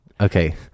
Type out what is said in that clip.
okay